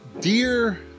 Dear